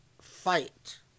fight